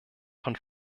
von